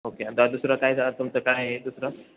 okay अ द दुसरं काय तुमचं काय दुसरं